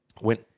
Went